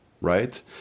right